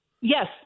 yes